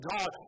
God